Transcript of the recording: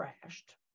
crashed